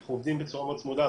ואנחנו עובדים בצורה מאוד צמודה,